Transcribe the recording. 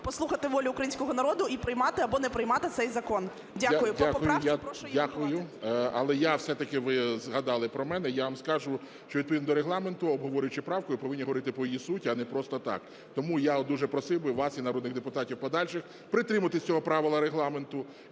послухати волю українського народу і приймати або не приймати цей закон. Дякую. По поправці – прошу її врахувати. ГОЛОВУЮЧИЙ. Дякую. Але я все-таки, ви згадали про мене, я вам скажу, що відповідно до Регламенту, обговорюючи правку, ви повинні говорити про її суть, а не просто так. Тому я дуже просив би вас і народних депутатів подальших притриматись цього правила Регламенту